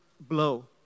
blow